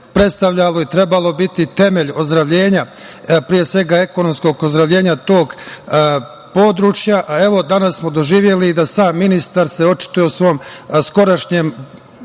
predstavljalo i trebalo biti temelj ozdravljenja, pre svega ekonomskog ozdravljenja tog područja. Evo, danas smo doživeli da sam ministar očito u svom skorašnjem